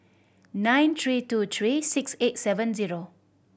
nine three two three six eight seven zero